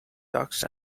ducks